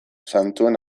zantzuen